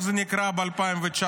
איך זה נקרא ב-2019?